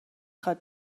خواد